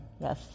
Yes